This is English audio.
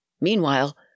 Meanwhile